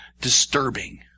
disturbing